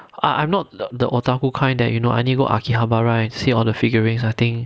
I I'm not the otaku kind that you know I need go akihabara and see all the figurines I think